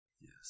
Yes